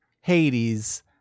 Hades